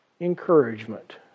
encouragement